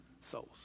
souls